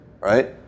right